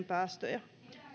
päästöjä